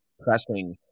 pressing